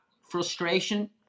frustration